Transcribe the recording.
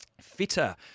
Fitter